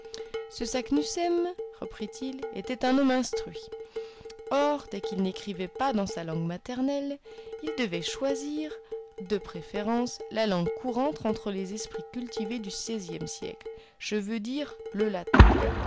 ce saknussemm reprit-il était un homme instruit or dès qu'il n'écrivait pas dans sa langue maternelle il devait choisir de préférence la langue courante entre les esprits cultivés du seizième siècle je veux dire le latin